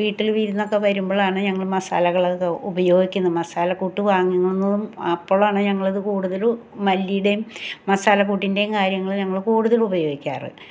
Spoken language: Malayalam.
വീട്ടിൽ വിരുന്നൊക്കെ വരുമ്പോളാണ് ഞങ്ങൾ മസാലകളൊക്കെ ഉപയോഗിക്കുന്നത് മസാലക്കൂട്ട് വാങ്ങുന്നതും അപ്പൊളാണ് ഞങ്ങളത് കൂടുതലും മല്ലിയുടേയും മസാലക്കൂട്ടിൻറെയും കാര്യങ്ങൾ ഞങ്ങൾ കൂടുതൽ ഉപയോഗിക്കാറ്